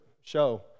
show